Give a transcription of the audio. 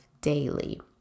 daily